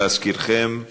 להזכירכם,